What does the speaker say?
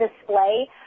display